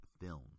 film